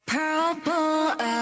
Purple